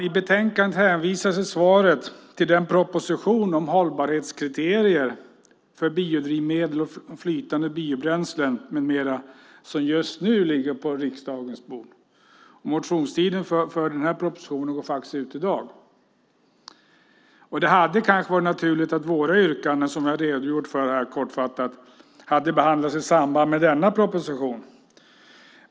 I betänkandet hänvisas i svaret till den proposition om hållbarhetskriterier för biodrivmedel och flytande biobränslen med mera som just nu ligger på riksdagens bord. Motionstiden för den här propositionen går faktiskt ut i dag. Det hade kanske varit naturligt att våra yrkanden som jag här har redogjort för kortfattat hade behandlats i samband med denna proposition.